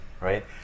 right